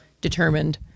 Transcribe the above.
determined